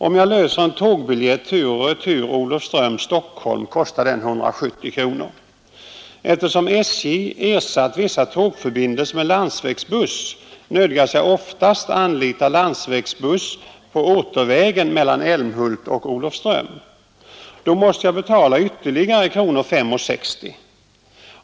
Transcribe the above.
Om jag löser en tåbiljett tur och retur Olofström—Stockholm kostar den 170 kronor. Eftersom SJ ersatt vissa tågförbindelser med landsvägsbuss nödgas jag oftast anlita landsvägsbuss på återvägen mellan Älmhult och Olofström. Då måste jag betala ytterligare 5:60 kronor.